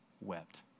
wept